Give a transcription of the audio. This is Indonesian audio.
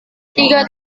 tiga